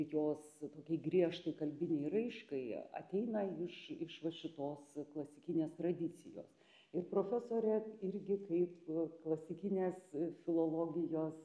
jos tokiai griežtai kalbinei raiškai ateina iš iš va šitos klasikinės tradicijos ir profesorė irgi kaip klasikinės filologijos